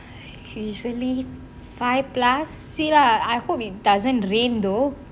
usually five plus see lah I hope it doesn't rain though